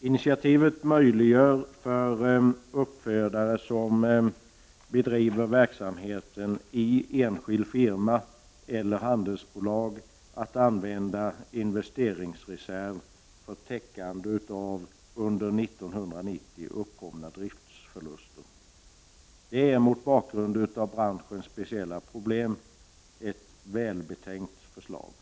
Initiativet möjliggör för uppfödare som bedriver verksamhet i enskild firma eller handelsbolag att använda investeringsreserv för täckande av under år 1990 uppkomna driftsförluster. Mot bakgrund av branschens speciella problem är det ett välbetänkt förslag.